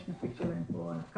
ויש נציג שלהם שנמצא פה.